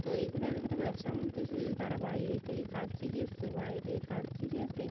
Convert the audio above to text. তো এইগুলো এক একটা ব্যবসার মধ্যে এসেছে তারা বাইরের থেকে কাজ শিখে এসছে বাইরে থেকে কাজ শিখে এসে